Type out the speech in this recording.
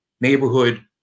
neighborhood